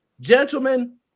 gentlemen